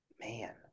man